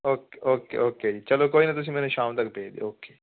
okay okay okay ਜੀ ਚਲੋ ਕੋਈ ਨਾ ਤੁਸੀਂ ਮੈਨੂੰ ਸ਼ਾਮ ਤੱਕ ਭੇਜ ਦਿਓ ਓਕੇ